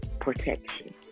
protection